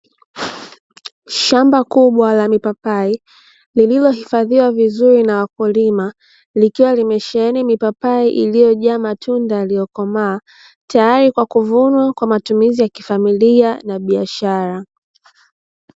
Shamba kubwa la mipapai lililohifadhiwa vizuri na wakulima. Likiwa limesheheni mipapai iliyojaa matunda yaliyokomaa tayari kwa kuvunwa kwa matumizi ya kifamilia na biashara.